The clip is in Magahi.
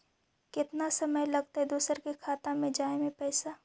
केतना समय लगतैय दुसर के खाता में जाय में पैसा?